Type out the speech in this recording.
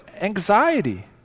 anxiety